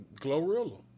Glorilla